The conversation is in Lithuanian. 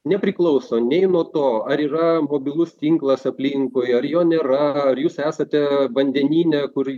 nepriklauso nei nuo to ar yra mobilus tinklas aplinkui ar jo nėra ar jūs esate vandenyne kur